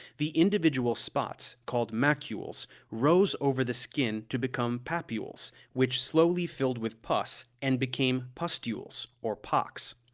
the individual spots, called macules, rose over the skin to become papules, which slowly filled with pus and became pustules, or pocks.